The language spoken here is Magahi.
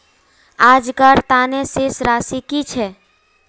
आजकार तने शेष राशि कि छे?